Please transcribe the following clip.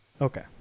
Okay